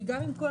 יש דיון על